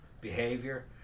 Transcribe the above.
behavior